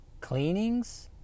cleanings